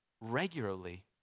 regularly